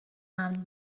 امن